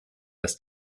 das